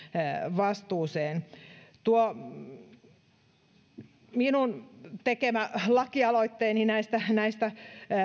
vastuuseen minun tekemässäni lakialoitteessa näistä